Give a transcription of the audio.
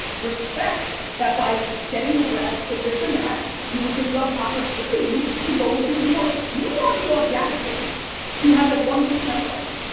respect that by getting rest and this and that you're giving up opportunity to go into a new market. ah you want the audacity to have a one percent life.